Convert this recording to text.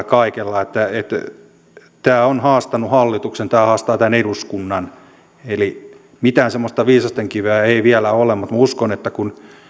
kaikella tämä on haastanut hallituksen tämä haastaa tämän eduskunnan eli mitään semmoista viisastenkiveä ei vielä ole ole mutta minä uskon että kun